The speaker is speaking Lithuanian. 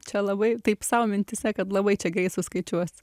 čia labai taip sau mintyse kad labai čia greit suskaičiuosiu